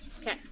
Okay